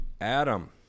Adam